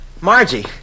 Margie